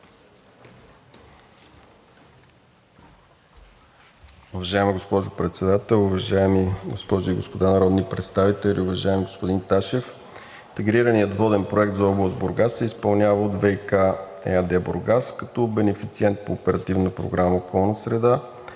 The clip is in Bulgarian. Уважаема госпожо Председател, уважаеми госпожи и господа народни представители! Уважаеми господин Ташев, интегрираният воден проект за област Бургас се изпълнява от „ВиК“ ЕАД – Бургас, като бенефициент по Оперативна програма „Околна среда“.